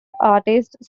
artists